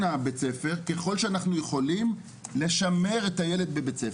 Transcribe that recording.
הבית-ספר ככל שאנחנו יכולים לשמר את הילד בבית-ספר.